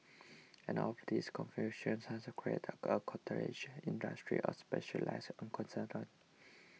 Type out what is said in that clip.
and all of this confusion has created a industry of specialised accountants